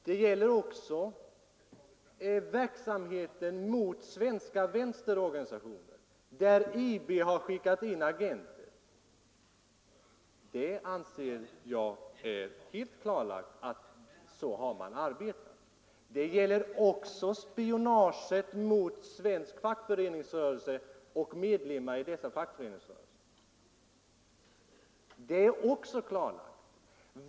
Det gäller också verksamheten mot svenska vänsterorganisationer, där IB har skickat in agenter. Jag anser det helt klarlagt att man har arbetat på detta sätt. Det gäller också spionaget mot svensk fackföreningsrörelse och medlemmar i denna. Att sådant förekommit är också klarlagt.